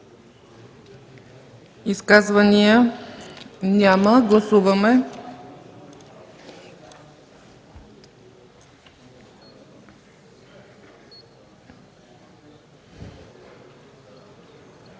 Изказвания? Няма. Гласуваме.